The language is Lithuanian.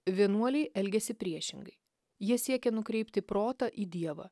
vienuoliai elgiasi priešingai jie siekia nukreipti protą į dievą